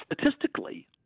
statistically